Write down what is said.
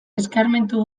eskarmentu